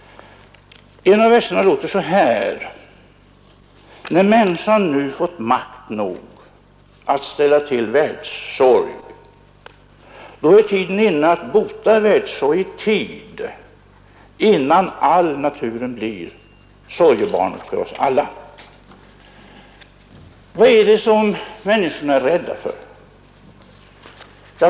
En av verserna lyder: När mänskan nu fått makt nog att ställa till världssorg då är tiden inne att bota världssorg i tid innan all naturen blir sorgebarnet för alla. Vad är det som människorna är rädda för?